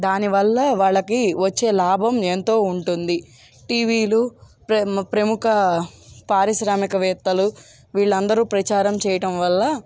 దానివల్ల వాళ్ళకి వచ్చే లాభం ఎంతో ఉంటుంది టీవీలు ప్ర ప్రముఖ పారిశ్రామికవేత్తలు వీళ్లు అందరు ప్రచారం చేయటం వల్ల